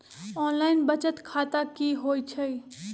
Online बचत खाता की होई छई?